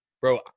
bro